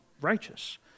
righteous